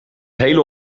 hele